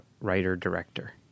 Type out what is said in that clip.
writer-director